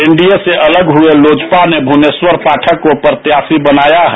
NDA से अलग हुई लोजपा ने भुवनेश्वर पाठक को प्रत्याशी बनाया है